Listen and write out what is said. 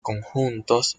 conjuntos